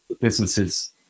businesses